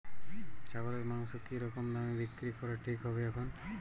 ছাগলের মাংস কী রকম দামে বিক্রি করা ঠিক হবে এখন?